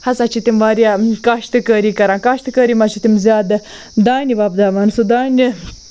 ہَسا چھِ تِم واریاہ کاشتٕکٲری کَران کاشتٕکٲری منٛز چھِ تِم زیادٕ دانہِ وۄپداوان سُہ دانہِ